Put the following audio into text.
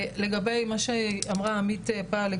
לגבי מה שאמרה עמית פל,